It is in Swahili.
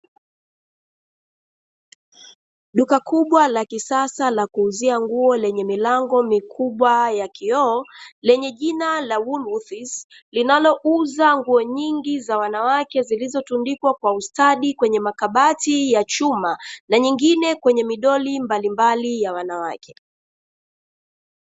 Duka kubwa la kisasa la kuuzia nguo lenye milango mikubwa ya kioo lenye jina la ''wool worths'', linalouza nguo nyingi za wanawake zilizotundikwa kwa ustadi kwenye mabati ya chuma, na nyingine zipo kwenye midoli mbalimbali ya wanawake.